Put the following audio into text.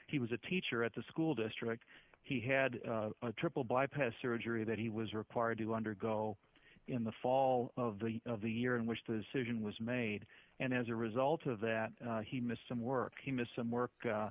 he was a teacher at the school district he had a triple bypass surgery that he was required to undergo in the fall of the of the year in which the decision was made and as a result of that he missed some work he missed some work